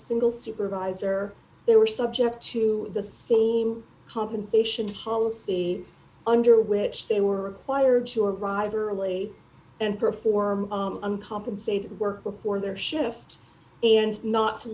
single supervisor they were subject to the same compensation policy under which they were required to arrive early and perform uncompensated work before their shift and not to